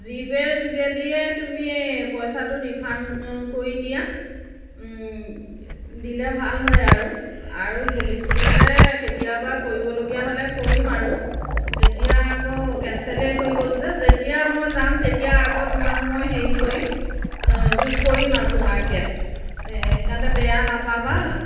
জিপে'ৰ যোগেদিয়ে তুমি পইচাটো ৰিফাণ্ড কৰি দিয়া দিলে ভাল হয় আৰু আৰু ভৱিষ্যতলৈ কেতিয়াবা কৰিবলগীয়া হ'লে কৰিম আৰু এতিয়া আকৌ কেন্সেলেই হৈ গ'ল যে যেতিয়া মই যাম তেতিয়া আকৌ তোমাক মই হেৰি কৰিম বুক কৰিম আৰু তোমাৰ কেব সেইকাৰণে তে বেয়া নাপাবা